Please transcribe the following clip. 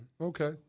Okay